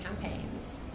campaigns